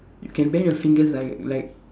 you can bend your fingers like like